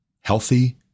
healthy